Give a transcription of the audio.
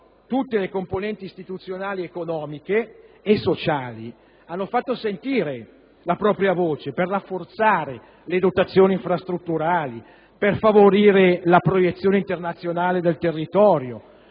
tutte le componenti istituzionali, economiche e sociali hanno fatto sentire la propria voce per rafforzare le dotazioni infrastrutturali al fine di favorire la proiezione internazionale del territorio.